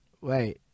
wait